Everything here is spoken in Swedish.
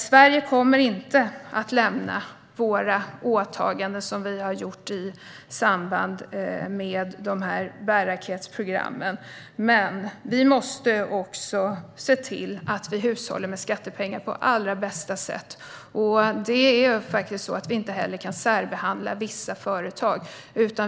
Sverige kommer inte att lämna de åtaganden som vi har gjort i samband med bärraketsprogrammen, men vi måste se till att vi hushållar med skattepengarna på allra bästa sätt. Vi kan inte särbehandla vissa företag.